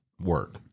work